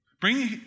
Bring